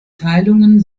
teilungen